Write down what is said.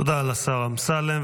תודה לשר אמסלם.